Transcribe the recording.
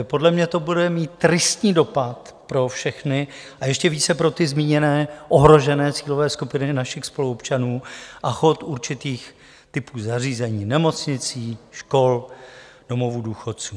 Podle mě to bude mít tristní dopad pro všechny, a ještě více pro ty zmíněné ohrožené cílové skupiny našich spoluobčanů a chod určitých typů zařízení nemocnic, škol, domovů důchodců.